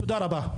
תודה רבה.